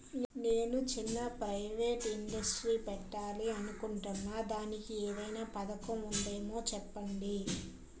నేను చిన్న private industry పెట్టాలి అనుకుంటున్నా దానికి ఏదైనా పథకం ఉందేమో చెప్పండి?